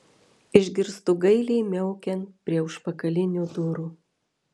išgirstu gailiai miaukiant prie užpakalinių durų